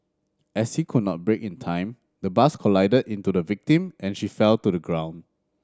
as he could not brake in time the bus collided into the victim and she fell to the ground